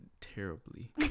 terribly